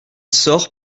sort